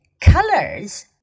Colors